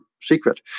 secret